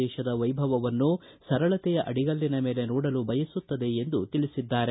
ದೇಶದ ವೈಭವವನ್ನು ಸರಳತೆಯ ಅಡಿಗಳ್ಲಿನ ಮೇಲೆ ನೋಡಲು ಬಯಸುತ್ತದೆ ಎಂದು ತಿಳಿಸಿದ್ದಾರೆ